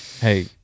hey